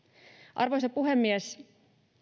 arvoisa puhemies